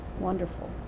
wonderful